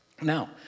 Now